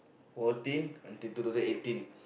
fourteen until two thousand eighteen